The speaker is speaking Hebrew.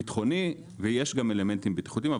יש גם אלמנטים בטיחותיים,